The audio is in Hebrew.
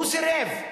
הוא סירב.